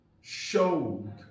showed